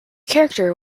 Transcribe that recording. character